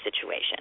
situation